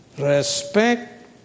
respect